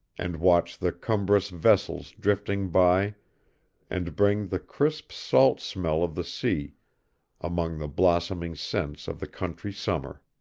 and watch the cumbrous vessels drifting by and bring the crisp salt smell of the sea among the blossoming scents of the country summer.